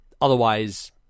otherwise